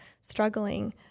struggling